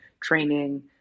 training